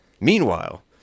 Meanwhile